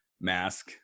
mask